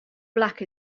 black